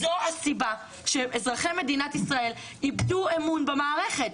זו הסיבה שאזרחי מדינת ישראל איבדו אמון במערכת,